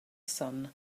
sun